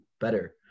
better